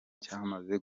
cyamaze